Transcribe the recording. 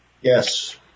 Yes